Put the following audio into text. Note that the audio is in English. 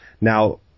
Now